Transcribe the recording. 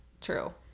True